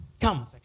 Come